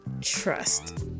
Trust